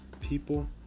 people